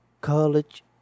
college